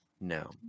no